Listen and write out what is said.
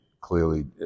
clearly